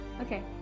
okay